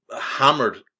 hammered